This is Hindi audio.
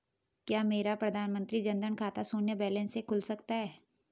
क्या मेरा प्रधानमंत्री जन धन का खाता शून्य बैलेंस से खुल सकता है?